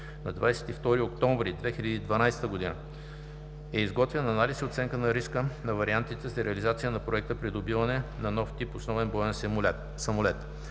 на 22 октомври 2012 г. е изготвен Анализ и оценка на риска на вариантите за реализация на Проект „Придобиване на нов тип основен боен самолет